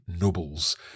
nobles